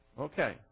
Okay